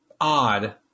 odd